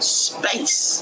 space